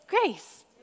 grace